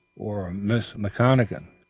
or miss mcconachan,